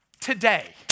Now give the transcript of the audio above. today